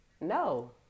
no